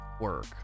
work